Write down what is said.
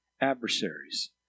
Adversaries